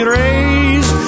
raise